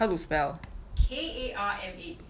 K A R M A